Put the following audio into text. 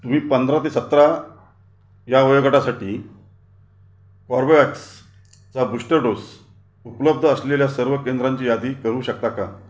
तुम्ही पंधरा ते सतरा या वयोगटासाठी कोर्बेवॅक्सचा बूस्टर डोस उपलब्ध असलेल्या सर्व केंद्रांची यादी करू शकता का